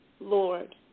Lord